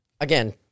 again